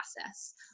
process